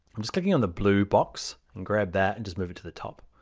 i'm just clicking on the blue box, and grab that, and just move it to the top.